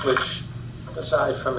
which aside from